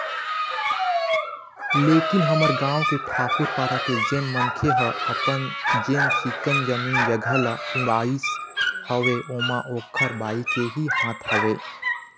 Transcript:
लेकिन हमर गाँव के ठाकूर पारा के जेन मनखे ह अपन जेन चिक्कन जमीन जघा ल उड़ाइस हवय ओमा ओखर बाई के ही हाथ हवय